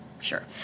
Sure